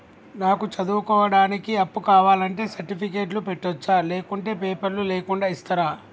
నాకు చదువుకోవడానికి అప్పు కావాలంటే సర్టిఫికెట్లు పెట్టొచ్చా లేకుంటే పేపర్లు లేకుండా ఇస్తరా?